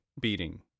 beating